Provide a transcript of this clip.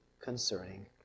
concerning